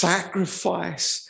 Sacrifice